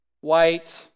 white